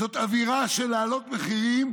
זאת אווירה של להעלות מחירים.